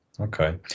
okay